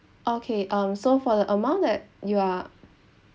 okay um so for the amount that you are